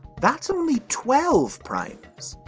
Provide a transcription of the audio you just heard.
that's only twelve primes.